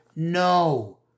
No